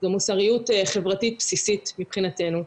זו מוסריות חברתית בסיסית מבחינתנו.